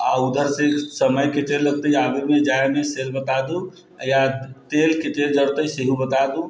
आ उधर से समय कते लगतै आबएमे जायमे से बता दिअऽ या तेल कते जड़तै सेहो बता दिअऽ